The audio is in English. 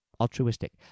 altruistic